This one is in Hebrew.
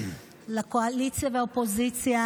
לקואליציה ולאופוזיציה,